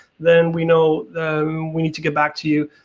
then we know we need to get back to you